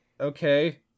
Okay